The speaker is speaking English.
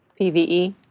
PVE